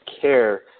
care –